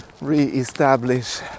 re-establish